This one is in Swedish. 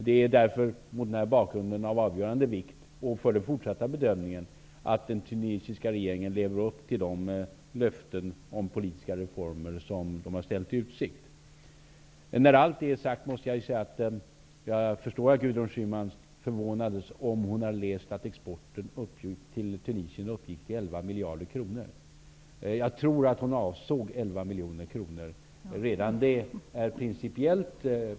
Det är mot denna bakgrund av avgörande vikt för den fortsatta bedömningen att den tunisiska regeringen lever upp till de löften om politiska reformer som den har ställt i utsikt. När allt detta är sagt måste jag säga att jag förstår att Gudrun Schyman förvånades om hon har läst att vapenexporten till Tunisien uppgick till 11 miljarder kronor. Jag tror att hon avsåg 11 miljoner kronor.